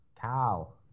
Cal